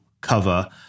cover